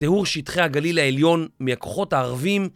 טיהור שטחי הגליל העליון מהכוחות הערבים